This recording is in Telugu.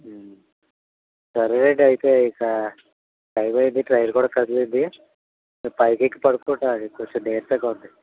సరే అండి అయితే ఇక టైం అయ్యింది ట్రైన్ కూడా కదిలింది నేను పైకి ఎక్కి పడుకుంటాను కొంచెం నీరసంగా ఉంది